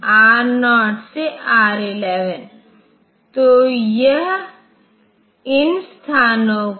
इसलिए MUL R0 R1 R 2 तो R0 R1 R2 MULA R0 R1 R2 R 3 तो यह एक अपवाद है